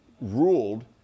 ruled